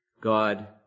God